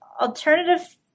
alternative